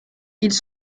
ils